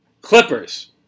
Clippers